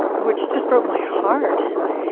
which just broke my heart. and i